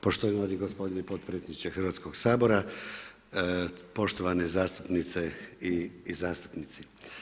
Poštovani gospodine potpredsjedniče Hrvatskog sabora, poštovane zastupnice i zastupnici.